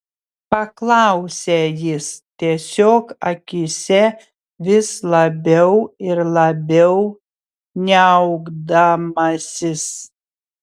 paklausė jis tiesiog akyse vis labiau ir labiau niaukdamasis